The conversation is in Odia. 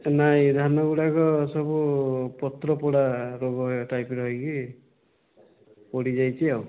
ନାହିଁ ଧାନ ଗୁଡ଼ାକ ସବୁ ପତ୍ରପୋଡ଼ା ରୋଗ ଏ ଟାଇପ୍ର ହେଇକି ପୋଡ଼ି ଯାଇଛି ଆଉ